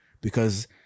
Because-